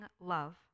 love